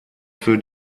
für